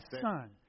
son